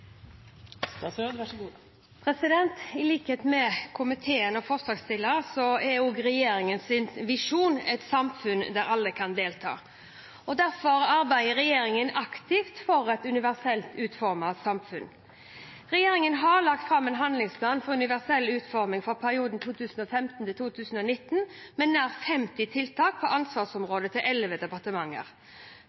visjon et samfunn der alle kan delta. Derfor arbeider regjeringen aktivt for et universelt utformet samfunn. Regjeringen har lagt fram en handlingsplan for universell utforming for perioden 2015–2019 med nær 50 tiltak på ansvarsområdene til elleve departementer.